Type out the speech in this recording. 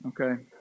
okay